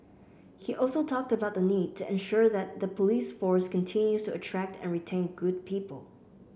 he also talked about the need to ensure that the police force continues to attract and retain good people